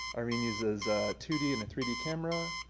irene uses two d and a three d camera.